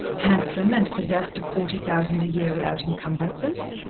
handsome and possessed of forty thousand a year without encumbrances?